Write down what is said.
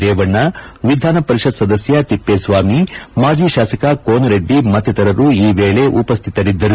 ರೇವಣ್ಣ ವಿಧಾನ ಪರಿಷತ್ ಸದಸ್ಯ ತಿಪ್ಪೇಸ್ವಾಮಿ ಮಾಜಿ ಶಾಸಕ ಕೋನರೆಡ್ಡಿ ಮತ್ತಿತರರು ಈ ವೇಳೆ ಉಪಸ್ನಿತರಿದ್ದರು